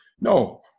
No